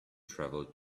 travel